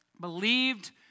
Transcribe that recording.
believed